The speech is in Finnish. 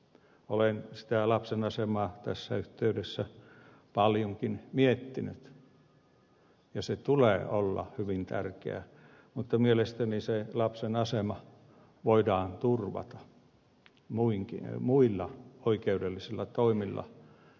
olen sitä lapsen asemaa tässä yhteydessä paljonkin miettinyt ja sen tulee olla hyvin tärkeä mutta mielestäni lapsen asema voidaan turvata muilla oikeudellisilla toimilla